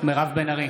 מירב בן ארי,